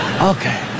Okay